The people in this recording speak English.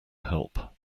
help